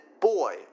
boy